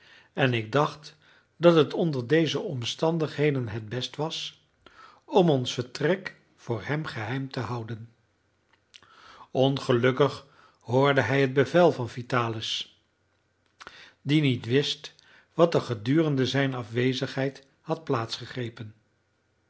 en ik dacht dat het onder deze omstandigheden het best was om ons vertrek voor hem geheim te houden ongelukkig hoorde hij het bevel van vitalis die niet wist wat er gedurende zijne afwezigheid had plaats gegrepen